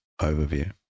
overview